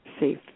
safe